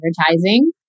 advertising